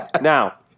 Now